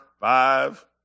five